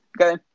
Okay